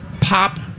pop